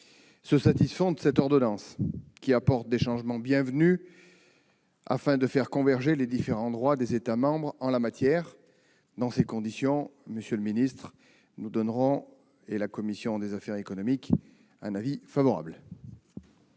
se satisfont de cette ordonnance, qui apporte des changements bienvenus pour faire converger les différents droits des États membres en la matière. Dans ces conditions, la commission des affaires économiques donne un avis favorable